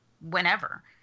Whenever